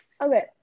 Okay